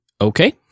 Okay